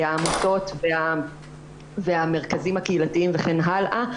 העמותות והמרכזים הקהילתיים וכן הלאה,